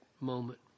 moment